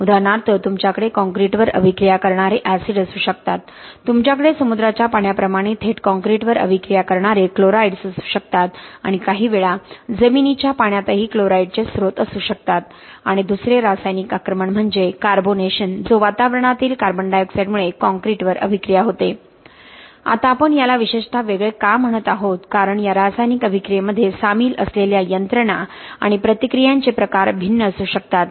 उदाहरणार्थ तुमच्याकडे कॉंक्रिटवर अभिक्रिया करणारे एसिड असू शकतात तुमच्याकडे समुद्राच्या पाण्याप्रमाणे थेट कॉंक्रिटवर अभिक्रिया करणारे क्लोराईड्स असू शकतात आणि काहीवेळा जमिनीच्या पाण्यातही क्लोराईड्सचे स्रोत असू शकतात आणि दुसरे रासायनिक आक्रमण म्हणजे कार्बोनेशन जो वातावरणातील कार्बन डायऑक्साइड मुळे काँक्रीटवर अभिक्रिया होते आता आपण याला विशेषतः वेगळे का म्हणत आहोत कारण या रासायनिक अभिक्रिये मध्ये सामील असलेल्या यंत्रणा आणि प्रतिक्रियांचे प्रकार भिन्न असू शकतात